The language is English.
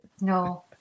no